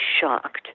shocked